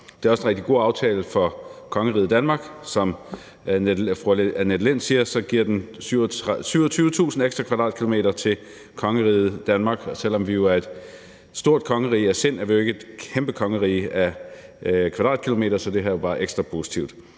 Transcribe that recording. Det er også en rigtig god aftale for kongeriget Danmark, og som fru Annette Lind siger, giver den 27.000 ekstra kvadratkilometer til kongeriget Danmark, og selv om vi er et stort kongerige af sind, er vi jo ikke et kæmpe kongerige af kvadratkilometer, så det her er bare ekstra positivt.